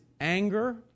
anger